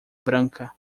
branca